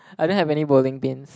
I don't have any bowling pins